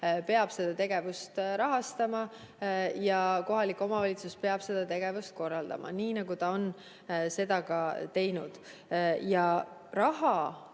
peab seda tegevust rahastama ja kohalik omavalitsus peab seda tegevust korraldama, nii nagu ta on seda ka teinud. Ja raha,